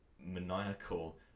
maniacal